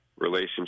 relationship